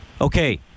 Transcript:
Okay